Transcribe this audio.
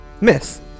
Miss